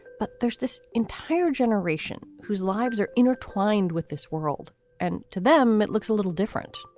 but there's this entire generation whose lives are intertwined with this world and to them it looks a little different